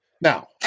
Now